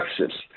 Texas